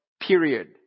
Period